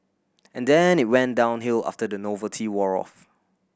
and then it went downhill after the novelty wore off